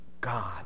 God